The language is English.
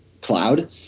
Cloud